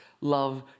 love